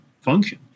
function